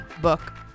book